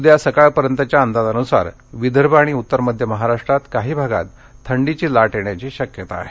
उद्या सकाळपर्यंतच्या अंदाजान्सार विदर्भ आणि उत्तर मध्य महाराष्ट्रात काही भागांत थंडीची लाट येण्याची शक्यता आहे